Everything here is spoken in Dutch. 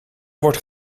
wordt